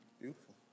Beautiful